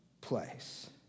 place